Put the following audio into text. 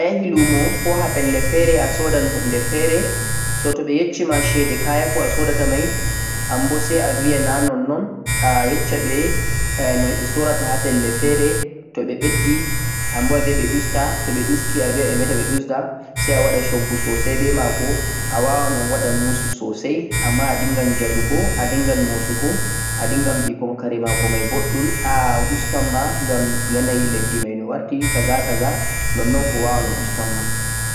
Ta'ayahi luumo a soodan hunde fere toɓe yesh-shima shede kaya asoodatamai sai atefa ɗustari har on narrah sai a sooda to waɗenima